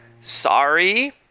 sorry